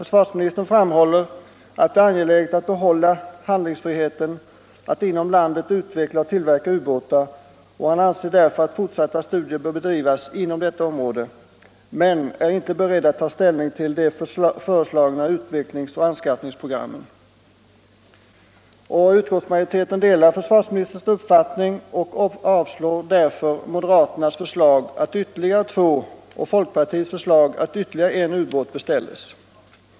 Försvarsministern framhåller att det är angeläget att behålla handlingsfriheten att inom landet utveckla och tillverka ubåtar, och han anser därför att fortsatta studier bör bedrivas inom detta område men är inte beredd att ta ställning till de föreslagna utvecklingsoch anskaffningsprogrammen. Utskottsmajoriteten delar försvarsministerns uppfattning och yrkar därför avslag på moderaternas förslag att ytterligare två ubåtar och folkpartiets förslag att ytterligare en ubåt beställs.